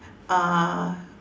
uh